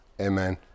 amen